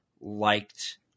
liked